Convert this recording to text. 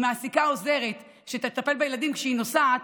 היא מעסיקה עוזרת שתטפל בילדים כשהיא נוסעת,